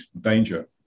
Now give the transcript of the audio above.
danger